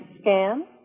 scan